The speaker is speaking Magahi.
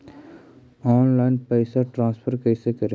ऑनलाइन पैसा ट्रांसफर कैसे करे?